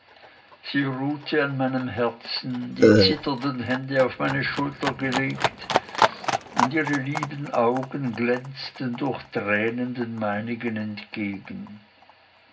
ruhte an meinem herzen die zitternden hände auf meine schulter gelegt und ihre lieben augen glänzten durch tränen den meinen entgegen